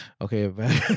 okay